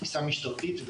תפיסה משטרתית.